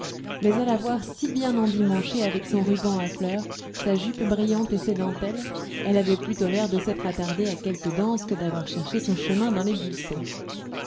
mais à la voir si bien endimanchée avec son ruban à fleurs sa jupe brillante et ses dentelles elle avait plutôt l'air de s'être attardée à quelque danse que d'avoir cherché son chemin dans les buissons